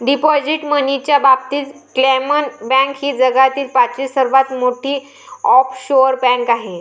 deposit मनीच्या बाबतीत क्लामन बँक ही जगातील पाचवी सर्वात मोठी ऑफशोअर बँक आहे